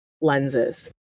lenses